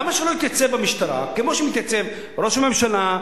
למה שלא יתייצב במשטרה כמו שמתייצבים ראש הממשלה,